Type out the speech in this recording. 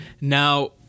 Now